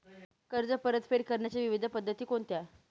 कर्ज परतफेड करण्याच्या विविध पद्धती कोणत्या?